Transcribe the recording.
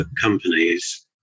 companies